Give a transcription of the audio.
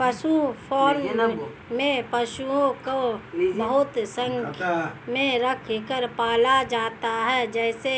पशु फॉर्म में पशुओं को बहुत संख्या में रखकर पाला जाता है जैसे